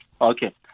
Okay